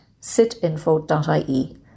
sitinfo.ie